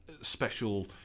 Special